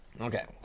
Okay